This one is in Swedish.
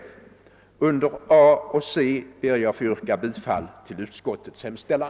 Under A och C ber jag att få yrka bifall till utskottets hemställan.